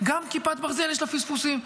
אנחנו מטפלים,